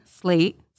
Slate